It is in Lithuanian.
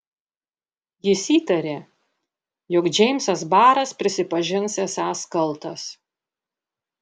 jis įtarė jog džeimsas baras prisipažins esąs kaltas